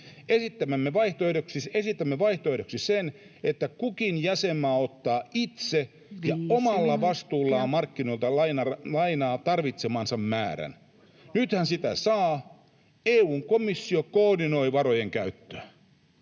”Esitämme vaihtoehdoksi sen, että kukin jäsenmaa ottaa itse ja omalla vastuullaan markkinoilta lainaa tarvitsemansa määrän. [Puhemies: 5 minuuttia!] Nythän sitä saa. EU:n komissio koordinoi varojen käyttöä.”